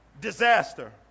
disaster